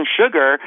sugar